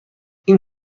این